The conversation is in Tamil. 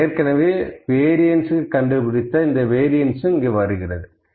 நாம் ஏற்கனவே வேரியண்ஸ்க்கு கண்டுபிடித்த இந்த வேரியண்ஸ்க்கும் வருகிறது